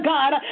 God